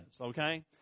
okay